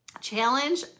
challenge